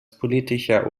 politischer